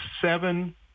seven